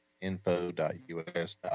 .info.us